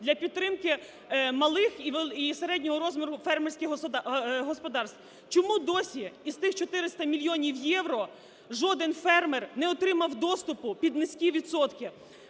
для підтримку малих і середнього розміру фермерських господарств. Чому досі із тих 400 мільйонів євро жоден фермер не отримав доступу під низькі відсотки?